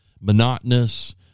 monotonous